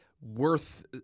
worth